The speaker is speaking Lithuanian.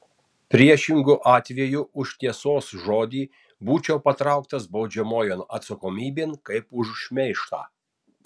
priešingu atveju už tiesos žodį būčiau patrauktas baudžiamojon atsakomybėn kaip už šmeižtą